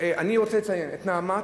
אני רוצה לציין את "נעמת",